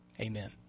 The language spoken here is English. Amen